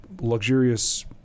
luxurious